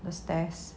the stairs